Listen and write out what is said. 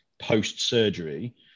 post-surgery